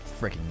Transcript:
freaking